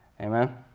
Amen